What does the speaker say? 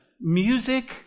Music